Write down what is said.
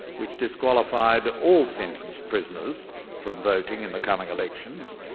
which disqualified all sentenced prisoners from voting in the coming elections,